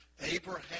Abraham